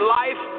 life